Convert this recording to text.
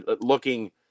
looking